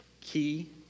key